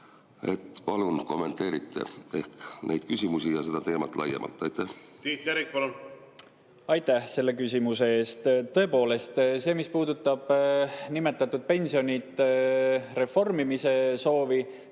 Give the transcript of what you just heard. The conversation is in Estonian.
Palun kommenteerige neid küsimusi ja seda teemat laiemalt. Tiit Terik, palun! Tiit Terik, palun! Aitäh selle küsimuse eest! Tõepoolest, see, mis puudutab nimetatud pensionide reformimise soovi,